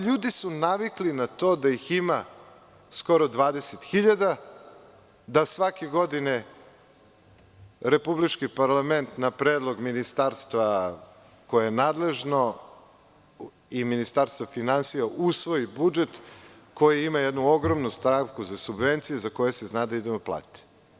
Ljudi su navikli na to da ih ima skoro 20 hiljada, da svake godine republički parlament na predlog ministarstva koje je nadležno i Ministarstva finansija usvoji budžet, koji ima jednu ogromnu stavku za subvencije za koje se zna da idu na plate.